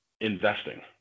investing